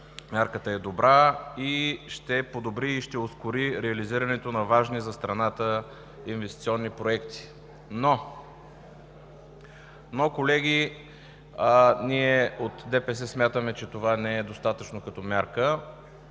мярката е добра, ще подобри и ще ускори реализирането на важни за страната инвестиционни проекти. Но, колеги, ние от ДПС смятаме, че това не е достатъчно като мярка.